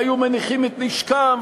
והיו מניחים את נשקם,